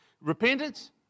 Repentance